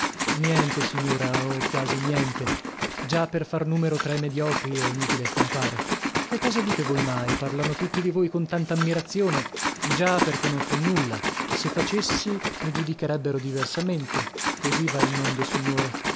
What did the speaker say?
niente signora o quasi niente già per far numero tra i mediocri è inutile stampare che cosa dite voi mai parlano tutti di voi con tanta ammirazione già perchè non fo nulla se facessi mi giudicherebbero diversamente così va il mondo signora